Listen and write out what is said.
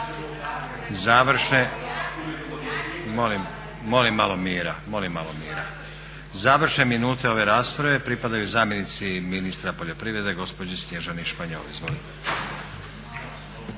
Završne minute ove rasprave pripadaju zamjenici ministra poljoprivrede gospođi Snježani Španjol.